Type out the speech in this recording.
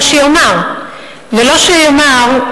אבל שיאמר, ולא שיאמר: